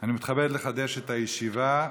אני מתכבד לחדש את הישיבה,